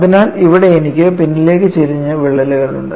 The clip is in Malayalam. അതിനാൽ ഇവിടെ എനിക്ക് പിന്നിലേക്ക് ചരിഞ്ഞ വിള്ളലുകൾ ഉണ്ട്